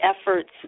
efforts